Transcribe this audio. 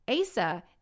Asa